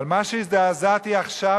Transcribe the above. אבל מה שהזדעזעתי עכשיו,